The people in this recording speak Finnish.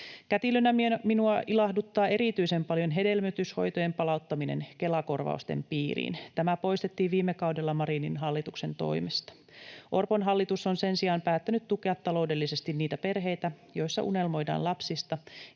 Kätilönä minua ilahduttaa erityisen paljon hedelmöityshoitojen palauttaminen Kela-korvausten piiriin. Tämä poistettiin viime kaudella Marinin hallituksen toimesta. Orpon hallitus on sen sijaan päättänyt tukea taloudellisesti niitä perheitä, joissa unelmoidaan lapsista,